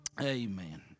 Amen